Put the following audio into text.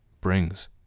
brings